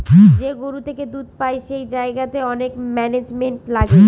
যে গরু থেকে দুধ পাই সেই জায়গাতে অনেক ম্যানেজমেন্ট লাগে